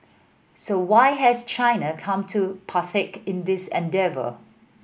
so why has China come to partake in this endeavour